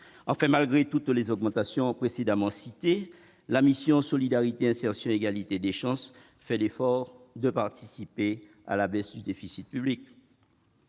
Enfin, malgré toutes les augmentations précédemment citées, la mission « Solidarité, insertion et égalité des chances » fait l'effort de participer à la baisse du déficit public,